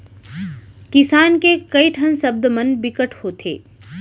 किसान के कइ ठन सब्द मन बिकट होथे